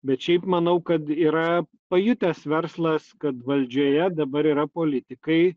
bet šiaip manau kad yra pajutęs verslas kad valdžioje dabar yra politikai